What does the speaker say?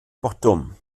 botwm